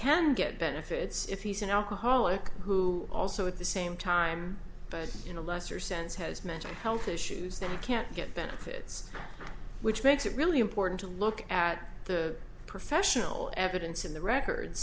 can get benefits if he's an alcoholic who also at the same time but in a lesser sense has mental health issues that he can't get benefits which makes it really important to look at the professional evidence in the record